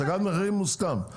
הצגת מחירים מוסכם,